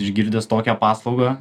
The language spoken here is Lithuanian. išgirdęs tokią paslaugą